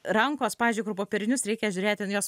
rankos pavyzdžiui kur popierinius reikia žiūrėti ten